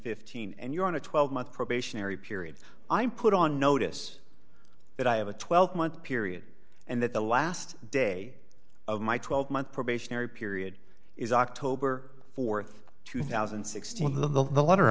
fifteen and you're on a twelve month probationary period i'm put on notice that i have a twelve month period and that the last day of my twelve month probationary period is october th two thousand and sixteen the letter